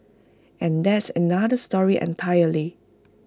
and that's another story entirely